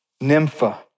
Nympha